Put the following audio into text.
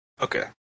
Okay